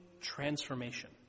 transformation